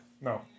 No